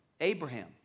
Abraham